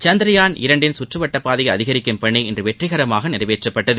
சந்திரயான் இரண்டின் சுற்று வட்டப்பாதையை அதிகரிக்கும் பணி இன்று வெற்றிகரமாக நிறைவேற்றப்பட்டது